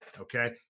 okay